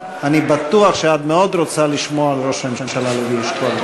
אני בטוח שאת מאוד רוצה לשמוע על ראש הממשלה לוי אשכול.